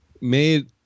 made